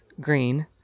green